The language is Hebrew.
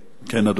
כן,